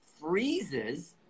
freezes